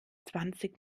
zwanzig